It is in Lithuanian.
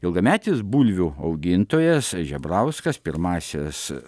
ilgametis bulvių augintojas žebrauskas pirmąsias